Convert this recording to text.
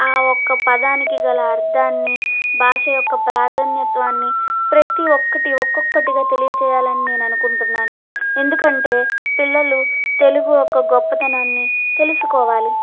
ఆ ఒక్క పదానికి గల అర్ధాన్ని భాష యొక్క ప్రాధాన్యత్వాన్ని ప్రతి ఒక్కటి ఒక్కొక్కటిగా తెలియజేయాలని నేను అనుకుంటున్నాను ఎందుకంటే పిల్లలు తెలుగు యొక్క గొప్పతనాన్ని తెలుసుకోవాలి